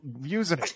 using